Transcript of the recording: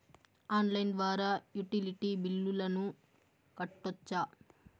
Online ద్వారా utility బిల్లులను కట్టొచ్చా?